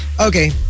Okay